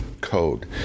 code